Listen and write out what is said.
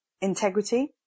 integrity